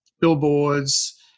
billboards